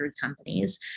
companies